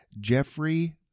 Jeffrey